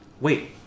Wait